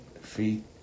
feet